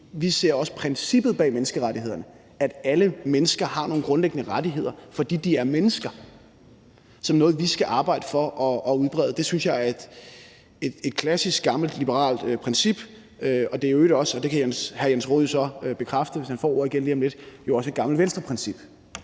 vi ser også princippet bag menneskerettighederne – at alle mennesker har nogle grundlæggende rettigheder, fordi de er mennesker – som noget, vi skal arbejde for og udbrede. Det synes jeg er et gammelt klassisk liberalt princip, og det er i øvrigt også, og det kan hr. Jens Rohde jo så bekræfte, hvis han får ordet igen lige om lidt, et gammelt Venstreprincip.